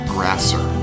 Grasser